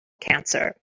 cancer